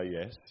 yes